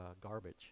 garbage